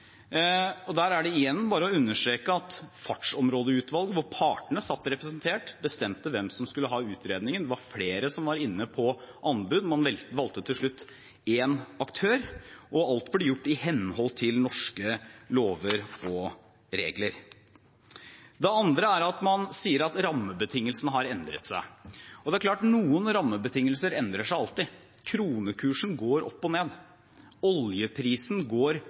Der er det igjen bare å understreke at Fartsområdeutvalget, hvor partene satt representert, bestemte hvem som skulle ha utredningen. Det var flere som var inne på anbud, og man valgte til slutt én aktør. Alt ble gjort i henhold til norske lover og regler. Det andre er at man sier at rammebetingelsene har endret seg – og det er klart at noen rammebetingelser endrer seg alltid. Kronekursen går opp og ned. Oljeprisen går